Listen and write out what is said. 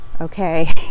okay